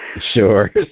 sure